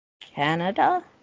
Canada